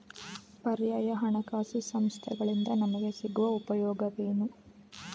ಪರ್ಯಾಯ ಹಣಕಾಸು ಸಂಸ್ಥೆಗಳಿಂದ ನಮಗೆ ಸಿಗುವ ಉಪಯೋಗವೇನು?